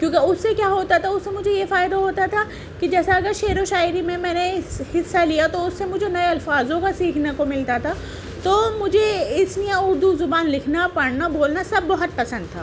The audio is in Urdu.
کیونکہ اس سے کیا ہوتا تھا اس سے مجھے یہ فائدہ ہوتا تھا کہ جیسے اگر شعر و شاعری میں میں نے حص حصہ لیا تو اس سے مجھے نئے الفاظوں کا سیکھنے کو ملتا تھا تو مجھے اس لیے اردو زبان لکھنا پڑھنا بولنا سب بہت پسند تھا